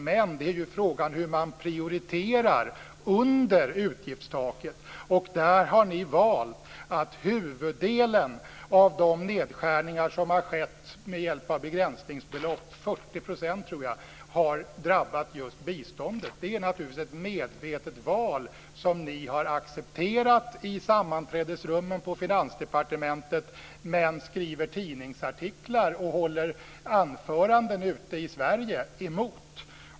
Men frågan är hur man prioriterar under utgiftstaket. Där har ni valt att låta huvuddelen av de nedskärningar som har skett med hjälp av begränsningsbelopp, 40 % tror jag, drabba just biståndet. Det är naturligtvis ett medvetet val som ni har accepterat i sammanträdesrummen på Finansdepartementet men som ni skriver tidningsartiklar och håller anföranden ute i Sverige emot.